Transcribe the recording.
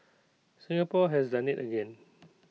Singapore has done IT again